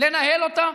לנהל אותה,